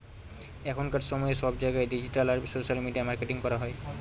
এখনকার সময়ে সব জায়গায় ডিজিটাল আর সোশ্যাল মিডিয়া মার্কেটিং করা হয়